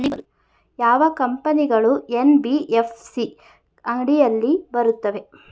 ಯಾವ ಕಂಪನಿಗಳು ಎನ್.ಬಿ.ಎಫ್.ಸಿ ಅಡಿಯಲ್ಲಿ ಬರುತ್ತವೆ?